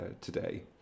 today